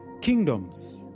kingdoms